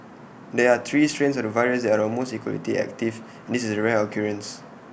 there are three strains of the virus that are almost equally active and this is A rare occurrence